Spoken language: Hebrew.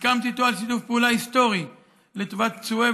סיכמתי איתו על שיתוף פעולה היסטורי לטובת פצועי